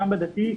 גם בדתי,